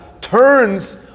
turns